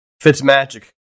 Fitzmagic